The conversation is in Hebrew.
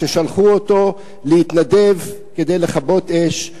ששלחו אותו להתנדב כדי לכבות אש,